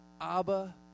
Abba